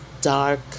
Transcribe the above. dark